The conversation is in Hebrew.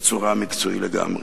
בצורה מקצועית לגמרי.